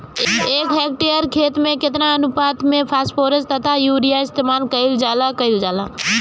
एक हेक्टयर खेत में केतना अनुपात में फासफोरस तथा यूरीया इस्तेमाल कईल जाला कईल जाला?